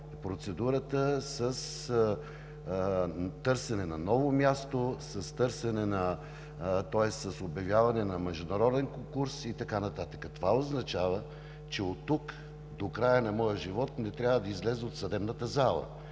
процедурата с търсене на ново място, с обявяване на международен конкурс и така нататък. Това означава, че оттук до края на моя живот не трябва да изляза от съдебната зала,